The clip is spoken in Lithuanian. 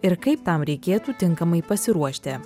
ir kaip tam reikėtų tinkamai pasiruošti